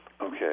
Okay